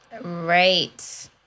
Right